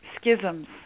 schisms